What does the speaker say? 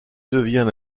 devient